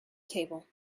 table